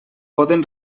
poden